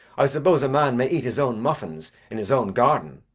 i suppose a man may eat his own muffins in his own garden.